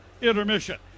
intermission